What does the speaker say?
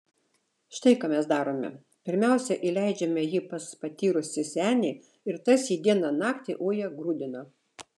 štai ką mes darome pirmiausia įleidžiame jį pas patyrusį senį ir tas jį dieną naktį uja grūdina